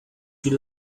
you